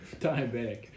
diabetic